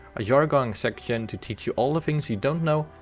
a jargon section to teach you all the things you don't know,